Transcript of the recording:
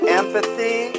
empathy